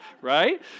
Right